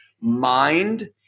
mind